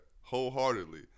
wholeheartedly